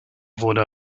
wurde